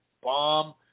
bomb